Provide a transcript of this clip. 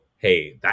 hey